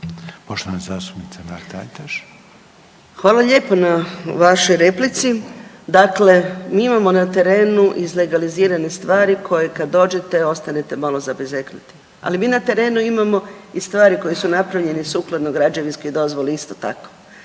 **Mrak-Taritaš, Anka (GLAS)** Hvala lijepo na vašoj replici. Dakle, mi imamo na terenu izlegalizirane stvari koje kad dođete ostanete malo zabezeknuti. Ali mi na terenu imamo i stvari koje su napravljene sukladno građevinskoj dozvoli isto tako.